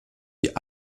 die